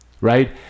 right